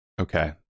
Okay